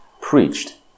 preached